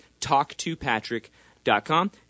Talktopatrick.com